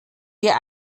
wir